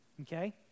okay